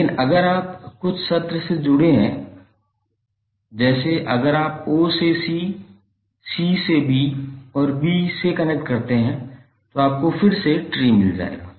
लेकिन अगर आप कुछ सत्र से जुड़े हैं जैसे अगर आप o से c c से b और b से कनेक्ट करते हैं तो आपको फिर से ट्री मिल जाएगा